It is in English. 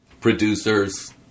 Producers